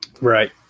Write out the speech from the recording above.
right